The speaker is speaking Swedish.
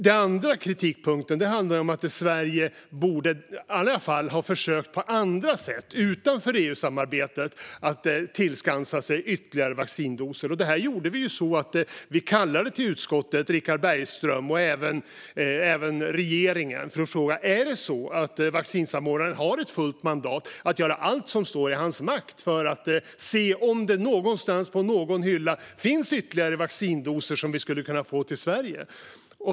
Den andra kritikpunkten handlar om att Sverige i alla fall borde ha försökt tillskansa sig ytterligare vaccindoser på andra sätt, utanför EU-samarbetet. Vi kallade Richard Bergström och även regeringen till utskottet för att fråga om det är så att vaccinsamordnaren har ett fullt mandat att göra allt som står i hans makt för att se om det någonstans på någon hylla finns ytterligare vaccindoser som vi skulle kunna få till Sverige.